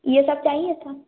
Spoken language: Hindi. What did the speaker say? ये सब चाहिए था